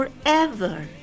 forever